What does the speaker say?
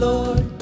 Lord